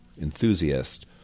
enthusiast